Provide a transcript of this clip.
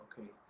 okay